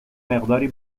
مقداری